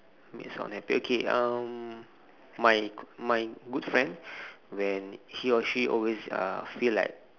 make someone happ~ okay um my g~ my good friend when he or she always uh feel like